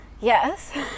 Yes